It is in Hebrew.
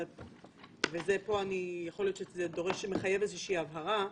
יכול להיות שזה מחייב איזושהי הבהרה.